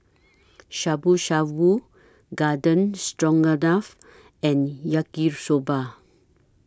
Shabu Shabu Garden Stroganoff and Yaki Soba